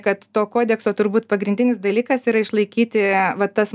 kad to kodekso turbūt pagrindinis dalykas yra išlaikyti va tas